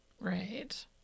Right